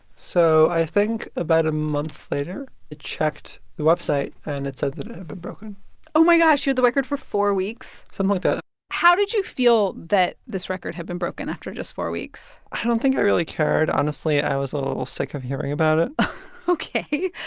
so i think about a month later, i checked the website, and it said that it had been broken oh, my gosh. you the record for four weeks? something like that how did you feel that this record had been broken after just four weeks? i don't think i really cared. honestly, i was a little sick of hearing about it ok.